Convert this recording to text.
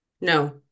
No